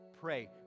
Pray